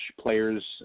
players